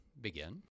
begin